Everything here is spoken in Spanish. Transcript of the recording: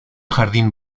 jardín